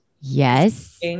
Yes